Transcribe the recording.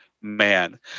man